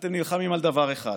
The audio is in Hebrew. אתם נלחמים על דבר אחד,